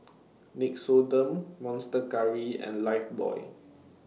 Nixoderm Monster Curry and Lifebuoy